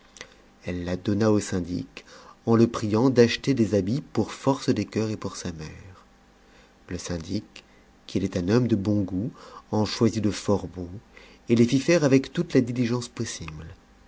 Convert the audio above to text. elle la donna au syndic en le priant d'acheter des habits pour force des coeurs et pour sa mère le syndic qui était un homme de bon goût en choisit de fort beaux et les fit faire avec toute la diligence possible